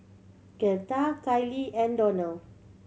Gertha Kailee and Donald